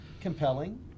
compelling